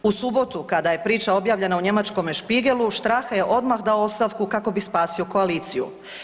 U subotu kada je priča objavljena u njemačkom Spiegelu, Strache je odmah dao ostavku kako bi spasio koaliciju.